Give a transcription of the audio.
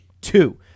Two